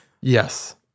Yes